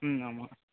ம் ஆமாம்